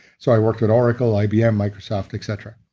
so i worked at oracle, ibm, microsoft, etc